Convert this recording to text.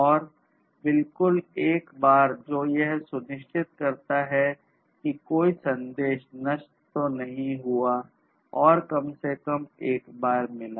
और बिल्कुल एक बार जो यह सुनिश्चित करता है कि कोई संदेश नष्ट तो नहीं हुआ और कम से कम एक बार मिला